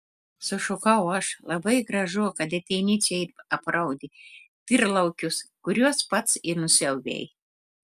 sušukau aš labai gražu kad ateini čia ir apraudi tyrlaukius kuriuos pats ir nusiaubei